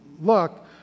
look